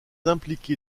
impliqué